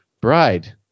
bride